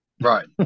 Right